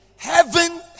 Heaven